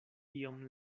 iom